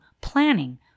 planning